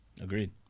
Agreed